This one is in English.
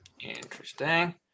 Interesting